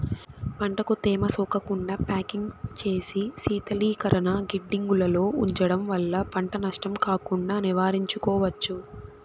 పంటకు తేమ సోకకుండా ప్యాకింగ్ చేసి శీతలీకరణ గిడ్డంగులలో ఉంచడం వల్ల పంట నష్టం కాకుండా నివారించుకోవచ్చు